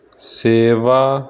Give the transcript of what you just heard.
ਸੇਵਾ